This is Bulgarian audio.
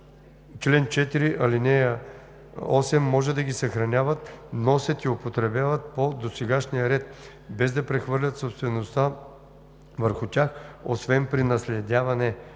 чл. 4, ал. 8, може да ги съхраняват, носят и употребяват по досегашния ред, без да прехвърлят собствеността върху тях, освен при наследяване.